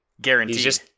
guaranteed